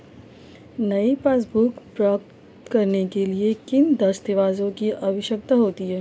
नई पासबुक प्राप्त करने के लिए किन दस्तावेज़ों की आवश्यकता होती है?